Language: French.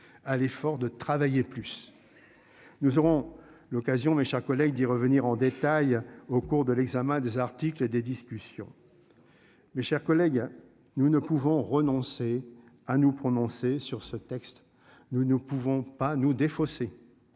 à l'effort de travailler plus. Nous aurons l'occasion, mes chers collègues d'y revenir en détail au cours de l'examen des articles et des discussions. Mes chers collègues, nous ne pouvons renoncer à nous prononcer sur ce texte. Nous ne pouvons pas nous défausser.